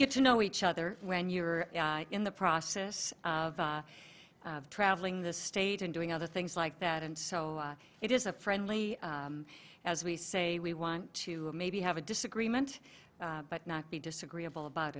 get to know each other when you're in the process traveling the state and doing other things like that and so it is a friendly as we say we want to maybe have a disagreement but not be disagreeable about